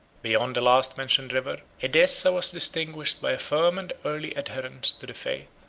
beyond the last-mentioned river, edessa was distinguished by a firm and early adherence to the faith.